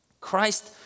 Christ